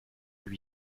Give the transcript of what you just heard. lui